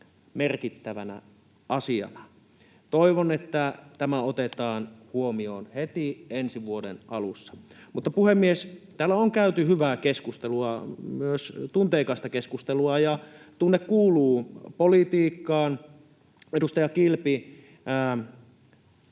merkittävänä asiana. Toivon, että tämä otetaan huomioon heti ensi vuoden alussa. Puhemies! Täällä on käyty hyvää keskustelua, myös tunteikasta keskustelua, ja tunne kuuluu politiikkaan. Edustaja Kilpi,